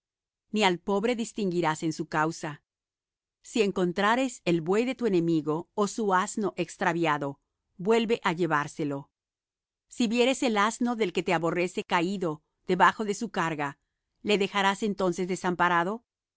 ni al pobre distinguirás en su causa si encontrares el buey de tu enemigo ó su asno extraviado vuelve á llevárselo si vieres el asno del que te aborrece caído debajo de su carga le dejarás entonces desamparado